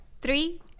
Three